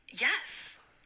yes